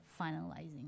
finalizing